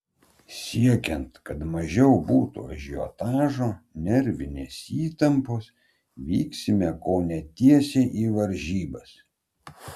siekiant kad mažiau būtų ažiotažo nervinės įtampos vyksime kone tiesiai į varžybas